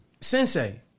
Sensei